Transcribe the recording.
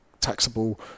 taxable